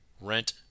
rent